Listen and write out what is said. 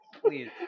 please